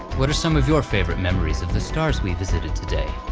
what are some of your favorite memories of the stars we visited today?